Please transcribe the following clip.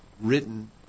written